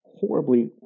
horribly